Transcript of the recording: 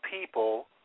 people